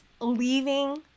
leaving